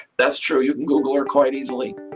that's true. you can google her quite easily.